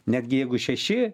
netgi jeigu šeši